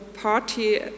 party